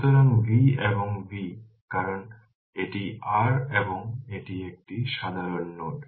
সুতরাং V এবং V কারণ এটি r এবং এটি একটি সাধারণ নোড